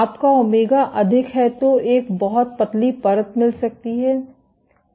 आपका ओमेगा अधिक है तो एक बहुत पतली परत मिल सकती है